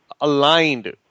aligned